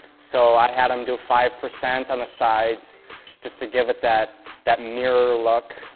so i had them do five percent on the sides just to give it that that mirror look,